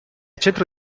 centro